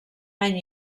any